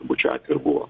turbūt šiuo atveju